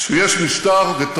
אף אחד לא מצדיק